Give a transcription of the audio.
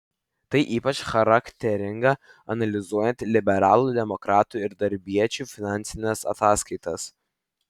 tai ypač charakteringa analizuojant liberalų demokratų ir darbiečių finansines ataskaitas